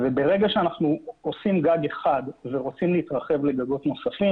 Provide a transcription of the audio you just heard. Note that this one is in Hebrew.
ברגע שאנחנו עושים גג אחד ורוצים להתרחב לגגות נוספים